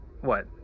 What